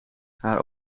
haar